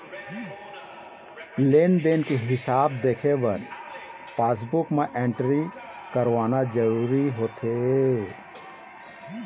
लेन देन के हिसाब देखे बर पासबूक म एंटरी करवाना जरूरी होथे